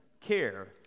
care